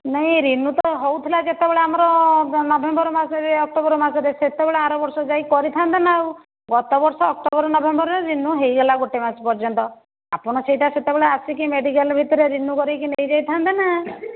ନାହିଁ ରିନ୍ୟୁ ତ ହେଉଥିଲା ଯେତେବେଳେ ଆମର ନଭେମ୍ବର ମାସରେ ଅକ୍ଟୋବର ମାସରେ ସେତେବେଳେ ଆର ବର୍ଷ ଯାଇ କରିଥାନ୍ତେ ନା ଆଉ ଗତ ବର୍ଷ ଅକ୍ଟୋବର ନଭେମ୍ବରରେ ରିନ୍ୟୁ ହୋଇଗଲା ଗୋଟେ ମାସ ପର୍ଯ୍ୟନ୍ତ ଆପଣ ସେତେବେଳେ ସେଇଟା ଆସିକି ମେଡ଼ିକାଲ ଭିତରେ ରିନ୍ୟୁ କରିକି ନେଇ ଯାଇଥାନ୍ତେ ନା